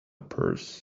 purse